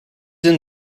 and